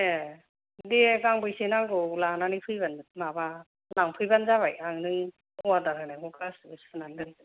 ए दे गांबैसे नांगौ लानानै फैबानो माबा लांफैबानो जाबाय आं नों अर्डार होनायखौ गासैबो सुनानै दोनगोन